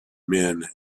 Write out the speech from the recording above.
men